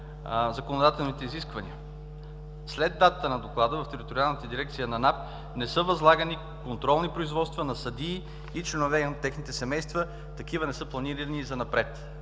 законодателните изисквания. След акта на доклада в Териториална дирекция на НАП не са възлагани контролни производства на съдии и членове на техните семейства, такива не са планирани и занапред.